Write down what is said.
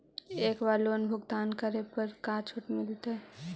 एक बार लोन भुगतान करे पर का छुट मिल तइ?